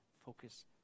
Focus